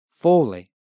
Fully